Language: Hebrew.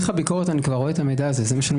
אני כבר רואה את המידע הזה בהליך הביקורת.